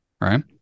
right